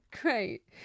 great